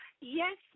Yes